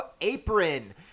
Apron